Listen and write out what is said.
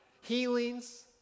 healings